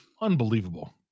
unbelievable